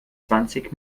zwanzig